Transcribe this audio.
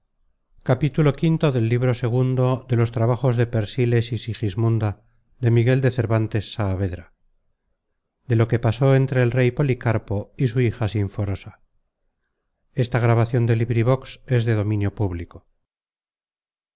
de guantes de lo que pasó entre el rey policarpo y su hija sinforosa